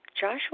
Joshua